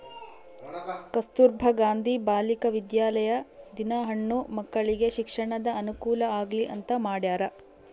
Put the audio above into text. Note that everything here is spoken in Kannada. ಕಸ್ತುರ್ಭ ಗಾಂಧಿ ಬಾಲಿಕ ವಿದ್ಯಾಲಯ ದಿನ ಹೆಣ್ಣು ಮಕ್ಕಳಿಗೆ ಶಿಕ್ಷಣದ ಅನುಕುಲ ಆಗ್ಲಿ ಅಂತ ಮಾಡ್ಯರ